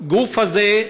הגוף הזה,